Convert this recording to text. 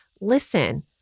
listen